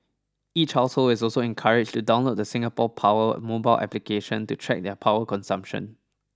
each household is also encouraged to download the Singapore Power mobile application to track their power consumption